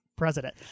president